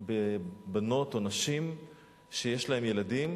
מדובר בבנות או נשים שיש להן ילדים.